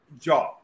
job